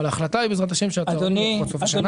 אבל ההחלטה היא בעזרת השם שהצהרונים יעבדו עד סוף השנה.